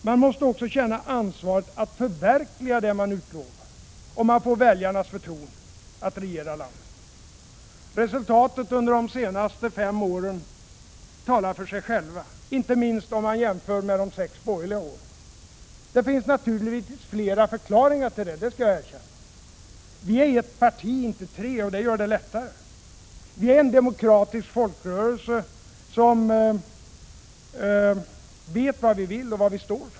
Man måste också känna ansvaret att förverkliga det man utlovar, om man får väljarnas förtroende att regera landet. Resultaten under de senaste fem åren talar för sig själva, inte minst om man jämför med de sex borgerliga åren. Det finns naturligtvis flera förklaringar till det — det skall jag erkänna. Vi är ett parti, inte tre. Det gör det lättare. Vi är en demokratisk folkrörelse, som vet vad vi vill och vad vi står för.